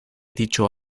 dicho